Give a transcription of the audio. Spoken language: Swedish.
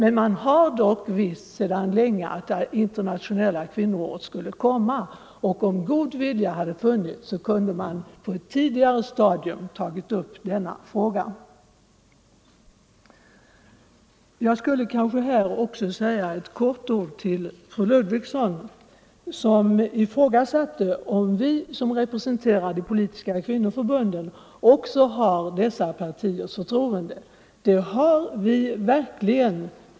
Ändå har man sedan länge vetat att det internationella kvinnoåret skulle komma, och om god vilja hade funnits, kunde man på ett tidigare stadium ha tagit upp denna fråga. Jag skulle kanske också säga några få ord till fru Ludvigsson, som ifrågasatte om vi som representerar de politiska kvinnoförbunden också har dessa partiers förtroende. Det har vi verkligen.